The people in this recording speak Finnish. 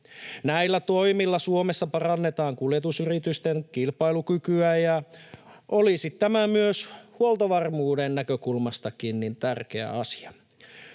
Näillä toimilla Suomessa parannetaan kuljetusyritysten kilpailukykyä, ja olisi tämä myös huoltovarmuudenkin näkökulmasta tärkeä asia.